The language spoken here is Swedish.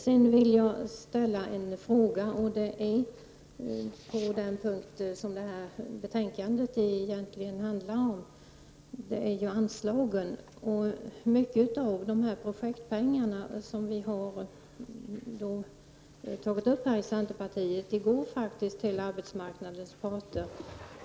Jag vill ställa en fråga som rör det som det här betänkandet egentligen handlar om, nämligen anslagen till jämställdhet. En stor del av projektpengarna går faktiskt till arbetsmarknadens parter, vilket är en fråga som vi har tagit upp från centertpartiet.